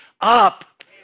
up